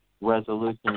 resolution